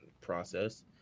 process